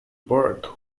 birth